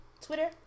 twitter